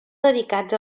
dedicats